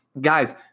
Guys